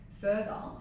Further